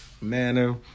manner